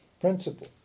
principle